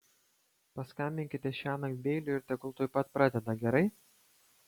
paskambinkite šiąnakt beiliui ir tegul tuoj pat pradeda gerai